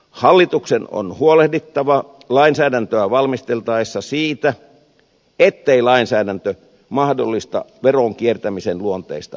hallituksen on huolehdittava lainsäädäntöä valmisteltaessa siitä ettei lainsäädäntö mahdollista veronkiertämisen luonteista verosuunnittelua